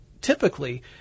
typically